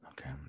Okay